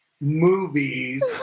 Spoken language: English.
Movies